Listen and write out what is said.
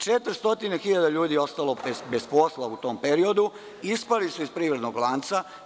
Četiristo hiljada ljudi je ostalo bez posla u tom periodu, ispali su iz privrednog lanca.